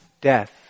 Death